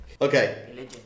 Okay